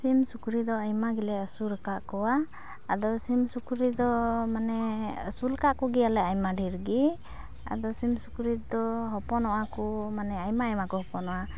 ᱥᱤᱢ ᱥᱩᱠᱨᱤ ᱫᱚ ᱟᱭᱢᱟᱜᱮ ᱞᱮ ᱟᱹᱥᱩᱞ ᱟᱠᱟᱫ ᱠᱚᱣᱟ ᱟᱫᱚ ᱥᱤᱢ ᱥᱩᱠᱨᱤ ᱫᱚ ᱢᱟᱱᱮ ᱟᱹᱥᱩᱞ ᱟᱠᱟᱫᱠᱚ ᱜᱮᱭᱟᱞᱮ ᱟᱭᱢᱟ ᱰᱷᱮᱨ ᱜᱮ ᱟᱫᱚ ᱥᱤᱢ ᱥᱩᱠᱨᱤ ᱫᱚ ᱦᱚᱯᱚᱱᱚᱜᱼᱟᱠᱚ ᱢᱟᱱᱮ ᱟᱭᱢᱟ ᱟᱭᱢᱟᱠᱚ ᱦᱚᱯᱚᱱᱚᱜᱼᱟ